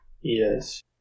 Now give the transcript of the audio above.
Yes